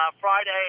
Friday